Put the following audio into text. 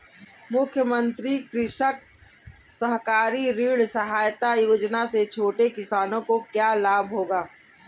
मुख्यमंत्री कृषक सहकारी ऋण सहायता योजना से छोटे किसानों को क्या लाभ होगा?